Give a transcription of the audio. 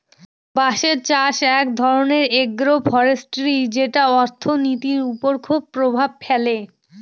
বাঁশের চাষ এক ধরনের এগ্রো ফরেষ্ট্রী যেটা অর্থনীতির ওপর খুব প্রভাব ফেলে